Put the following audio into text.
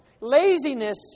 Laziness